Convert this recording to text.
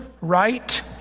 right